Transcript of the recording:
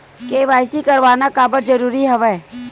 KYC करवाना काबर जरूरी हवय?